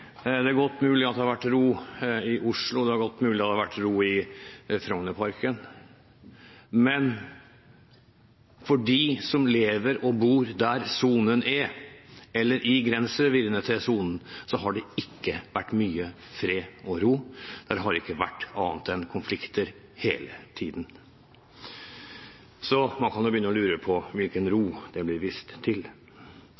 det er godt mulig at det har vært ro i Oslo, og det er godt mulig at det har vært ro i Frognerparken, men for dem som lever og bor der hvor sonen er, eller i grenserevirene til sonen, har det ikke vært mye fred og ro. Der har det ikke vært annet enn konflikter hele tiden. Så man kan jo begynne å lure på hvilken ro